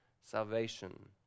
salvation